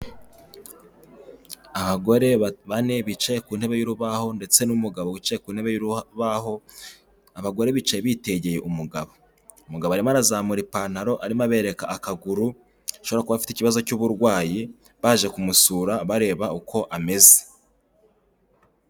Abagore bane bicaye ku ntebe y'urubaho ndetse n'umugabo wicaye ku ntebe y'urubaho. Abagore bicaye bitegeye umugabo. Umugabo arimo arazamura ipantaro arimo abereka akaguru ashobora kuba afite ikibazo cy'uburwayi baje kumusura bareba uko ameze.